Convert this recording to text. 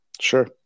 sure